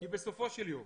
כי בסופו של יום,